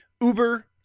Uber